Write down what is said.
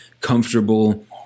comfortable